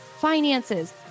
finances